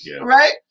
Right